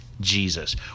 Jesus